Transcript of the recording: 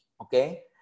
Okay